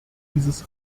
dieses